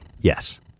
Yes